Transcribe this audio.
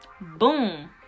boom